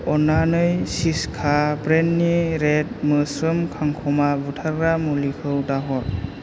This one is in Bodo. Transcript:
अन्नानै सिस्का ब्रेन्डनि रैद मोस्रोम खांखमा बुथारग्रा मुलिखौ दाहर